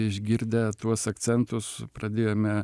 išgirdę tuos akcentus pradėjome